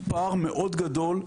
פער מאוד גדול,